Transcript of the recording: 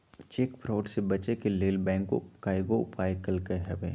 cheque fraud से बचे के लेल बैंकों कयगो उपाय कलकइ हबे